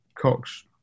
Cox